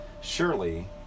surely